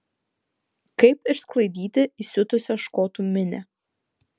kaip išsklaidyti įsiutusią škotų minią